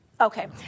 Okay